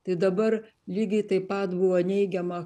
tai dabar lygiai taip pat buvo neigiama